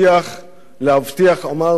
להבטיח, אמרנו, הוא יודע.